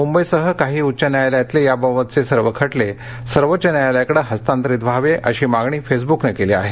मुंबईसह काही उच्च न्यायालयातले याबाबतचे सर्व खाऊी सर्वोच्च न्यायालयाकडे हस्तांतरीत व्हावे अशी मागणी फेसब्कनं केली आहे